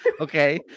Okay